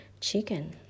chicken